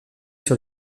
sur